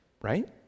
right